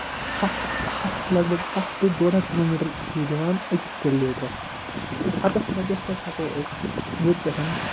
ہَتھ ہَتھ لگ بگ ہَتھ ٹُہ ڈۄڈ ہَتھ کِلوٗ میٖٹَر چھِ یہِ دِوان أکِس تِلہٕ لیٖٹرَس گوٚو ہَتَس رۄپیَس پٮ۪ٹھ ہٮ۪کو أسۍ ییٚتہِ پٮ۪ٹھ